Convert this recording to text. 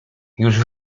już